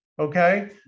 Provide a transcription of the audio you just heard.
Okay